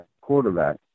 quarterback